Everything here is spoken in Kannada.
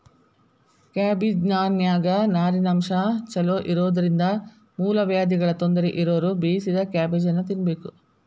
ಕ್ಯಾಬಿಜ್ನಾನ್ಯಾಗ ನಾರಿನಂಶ ಚೋಲೊಇರೋದ್ರಿಂದ ಮೂಲವ್ಯಾಧಿಗಳ ತೊಂದರೆ ಇರೋರು ಬೇಯಿಸಿದ ಕ್ಯಾಬೇಜನ್ನ ತಿನ್ಬೇಕು